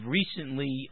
recently